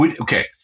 Okay